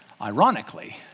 Ironically